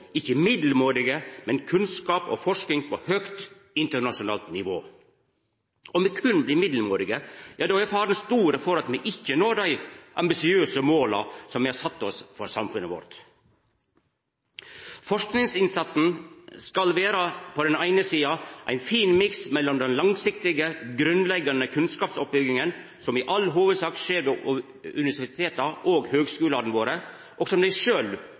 ikkje middelmåtig kunnskap, men kunnskap og forsking på høgt internasjonalt nivå. Om me berre blir middels gode, ja, då er faren stor for at me ikkje når dei ambisiøse måla som me har sett oss for samfunnet vårt. Forskingsinnsatsen skal på den eine sida vera ein fin miks mellom den langsiktige, grunnleggjande kunnskapsoppbygginga som i all hovudsak skjer ved universiteta og høgskulane våre, og som dei